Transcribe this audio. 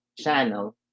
channel